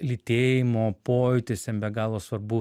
lytėjimo pojūtis jam be galo svarbu